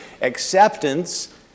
acceptance